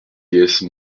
déesse